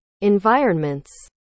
environments